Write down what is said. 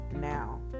now